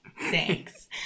Thanks